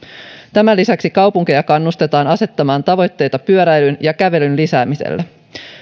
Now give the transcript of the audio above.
tämän lisäksi kaupunkeja kannustetaan asettamaan tavoitteita pyöräilyn ja kävelyn lisäämiselle